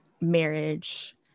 marriage